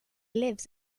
lives